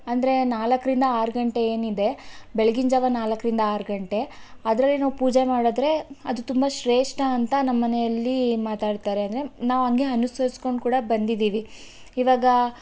ಅಂದರೆ ನಾಲ್ಕರಿಂದ ಆರು ಗಂಟೆ ಏನಿದೆ ಬೆಳಗಿನ ಜಾವ ನಾಲ್ಕರಿಂದ ಆರು ಗಂಟೆ ಅದರಲ್ಲಿ ನಾವು ಪೂಜೆ ಮಾಡಿದ್ರೆ ಅದು ತುಂಬ ಶ್ರೇಷ್ಠ ಅಂತ ನಮ್ಮ ಮನೆಯಲ್ಲಿ ಮಾತಾಡ್ತಾರೆ ಅಂದರೆ ನಾವು ಹಾಗೆ ಅನುಸರಿಸ್ಕೊಂಡು ಕೂಡ ಬಂದೀದ್ದೀವಿ ಇವಾಗ